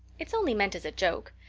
it's only meant as a joke.